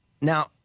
Now